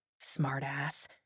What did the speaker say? Smartass